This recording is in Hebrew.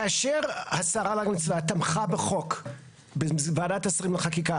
כאשר השרה להגנת הסביבה תמכה בחוק בוועדת השרים לחקיקה,